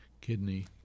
kidney